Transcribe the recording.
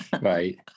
Right